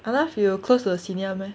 will close to a senior meh